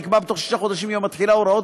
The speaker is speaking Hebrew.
יקבע בתוך שישה חודשים מיום התחילה הוראות